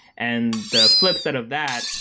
and the flipside of that,